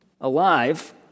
Alive